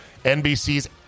NBC's